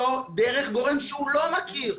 לא דרך גורם שהוא לא מכיר.